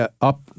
up